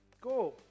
go